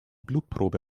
blutprobe